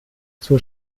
zur